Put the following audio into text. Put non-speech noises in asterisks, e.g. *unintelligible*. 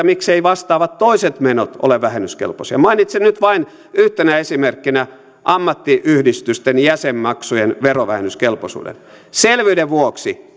*unintelligible* mikseivät vastaavat toiset menot ole vähennyskelpoisia mainitsen nyt vain yhtenä esimerkkinä ammattiyhdistysten jäsenmaksujen verovähennyskelpoisuuden selvyyden vuoksi *unintelligible*